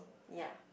ya